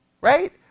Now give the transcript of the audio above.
right